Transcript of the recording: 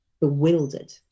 bewildered